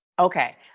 Okay